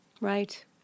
Right